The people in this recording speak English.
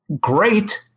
great